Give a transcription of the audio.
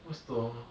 what's the